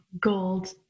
gold